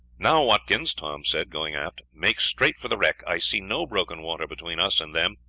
now, watkins, tom said, going aft, make straight for the wreck. i see no broken water between us and them,